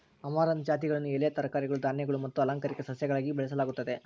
amaranth ಜಾತಿಗಳನ್ನು ಎಲೆ ತರಕಾರಿಗಳು ಧಾನ್ಯಗಳು ಮತ್ತು ಅಲಂಕಾರಿಕ ಸಸ್ಯಗಳಾಗಿ ಬೆಳೆಸಲಾಗುತ್ತದೆ